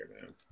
man